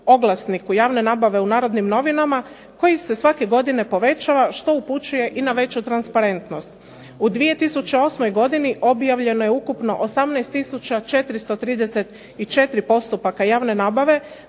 oglasniku javne nabave u "Narodnim novima" koji se svake godine povećava što upućuje i na veću transparentnost. U 2008. godini objavljeno je ukupno 18 tisuća 434 postupaka javne nabave